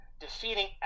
defeating